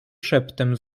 szeptem